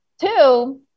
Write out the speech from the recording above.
Two